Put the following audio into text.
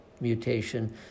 mutation